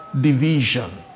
division